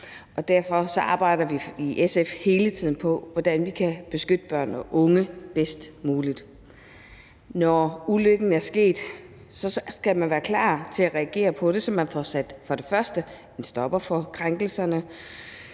derfor arbejder vi i SF hele tiden på, hvordan vi kan beskytte børn og unge bedst muligt. Når ulykken er sket, skal man være klar til at reagere på det, så man for det første får sat en stopper for krænkelserne.